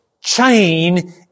chain